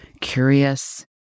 curious